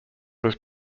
was